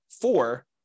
four